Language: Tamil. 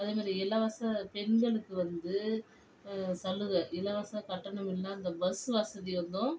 அதே மாரி இலவச பெண்களுக்கு வந்து சலுகை இலவச கட்டணமில்லா இந்த பஸ் வசதி வந்தும்